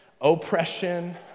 oppression